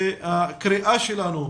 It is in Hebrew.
הקריאה שלנו,